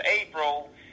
April